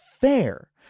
fair